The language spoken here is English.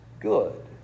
good